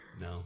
No